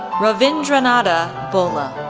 ravindranadh ah bolla,